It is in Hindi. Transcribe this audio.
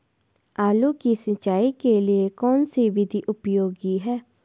आलू की सिंचाई के लिए कौन सी विधि उपयोगी है?